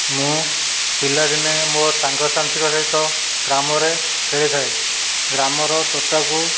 ମୁଁ ପିଲାଦିନେ ମୋ ସାଙ୍ଗ ସାଥିଙ୍କ ସହିତ ଗ୍ରାମରେ ଖେଳିଥାଏ ଗ୍ରାମର ତୋଟାକୁ